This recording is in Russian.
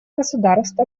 государств